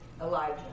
Elijah